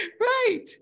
Right